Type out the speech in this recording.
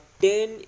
ten